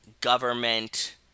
government